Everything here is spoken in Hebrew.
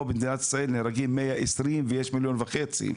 פה במדינת ישראל נהרגים 120 ויש מיליון וחצי.